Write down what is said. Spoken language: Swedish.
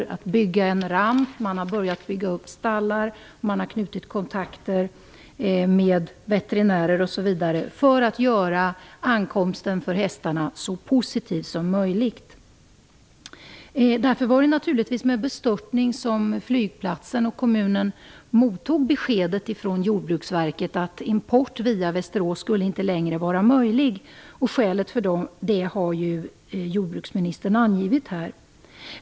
Man har byggt en ramp, man har börjat bygga upp stallar, man har knutit kontakter med veterinärer osv. för att göra ankomsten för hästarna så positiv som möjligt. Därför var det naturligtvis med bestörtning som flygplatsen och kommunen mottog beskedet från Jordbruksverket att import via Västerås inte längre skulle vara möjlig. Skälen till detta har ju jordbruksministern angivit här.